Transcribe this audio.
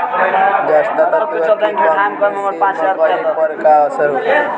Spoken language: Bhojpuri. जस्ता तत्व के कमी से मकई पर का असर होखेला?